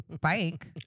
Bike